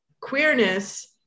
queerness